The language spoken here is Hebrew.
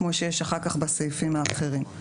כמו שיש אחר כך בסעיפים האחרים.